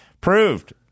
proved